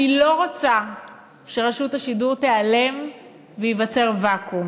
אני לא רוצה שרשות השידור תיעלם וייווצר ואקום,